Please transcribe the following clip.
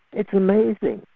it's amazing!